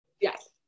Yes